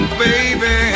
baby